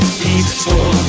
peaceful